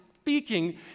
speaking